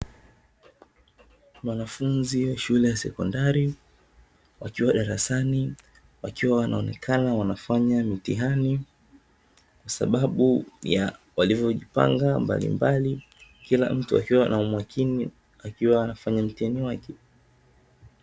Wanafunzi wa shule ya sekondari wakiwa darasani, wakiwa wanaonekana wanafanya mtihani, sababu ya walivyojipanga mbalimbali, kila mtu akiwa na umakini akiwa anafanya mtihani wake.